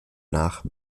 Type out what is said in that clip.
nach